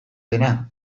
dena